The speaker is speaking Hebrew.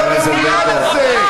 אתה עושה עבירת ביטחון שדה,